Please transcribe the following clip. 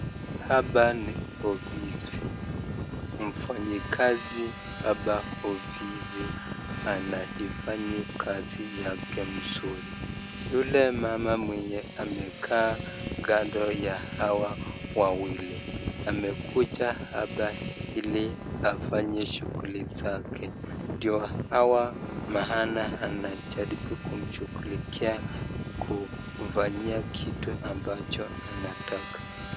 Hapa ni ofisi mfanyakazi hapa ofisi anaifanya kazi yake mzuri yule mama mwenye amekaa kando ya hawa wawili amekuja hapa ili afanye shughuli zake ndio hawa maana wanajaribu kumshughulikia ili kumfanyia kitu ambacho anataka.